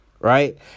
right